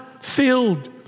filled